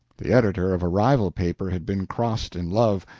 the editor of a rival paper had been crossed in love,